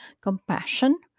compassion